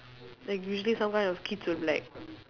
like usually some kind of kids will be like